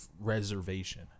reservation